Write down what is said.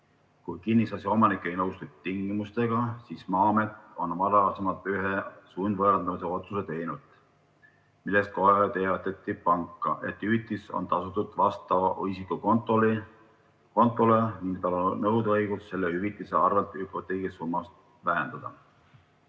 Kui kinnisasja omanik ei nõustu tingimustega, siis Maa-amet on varasemalt ühe sundvõõrandamise otsuse teinud, millest kohe teavitati panka, et hüvitis on tasutud vastava isiku kontole ning tal on nõudeõigus selle hüvitise arvelt hüpoteegi summat vähendada.